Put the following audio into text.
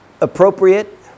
appropriate